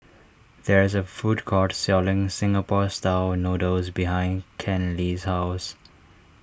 there is a food court selling Singapore Style Noodles behind Kenley's house